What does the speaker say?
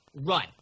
run